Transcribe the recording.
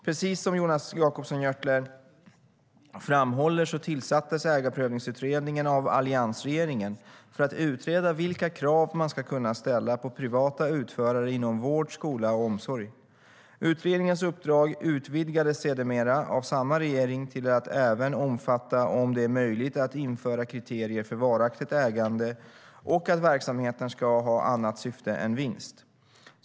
Precis som Jonas Jacobsson Gjörtler framhåller tillsattes Ägarprövningsutredningen av alliansregeringen för att utreda vilka krav man ska kunna ställa på privata utförare inom vård, skola och omsorg. Utredningens uppdrag utvidgades sedermera av samma regering till att även omfatta om det är möjligt att införa kriterier för varaktigt ägande och att verksamheten ska ha annat syfte än vinst.